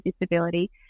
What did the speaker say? disability